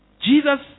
Jesus